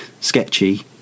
sketchy